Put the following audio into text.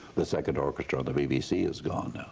the second orchestra in the bbc is gone now.